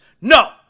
No